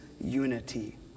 unity